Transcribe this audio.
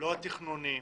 לא התכנוני,